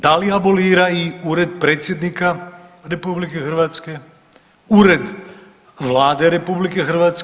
Da li abolira i Ured predsjednika RH, Ured Vlade RH?